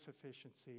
sufficiency